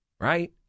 right